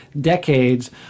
decades